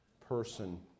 person